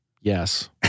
Yes